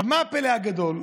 מה הפלא הגדול?